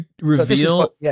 reveal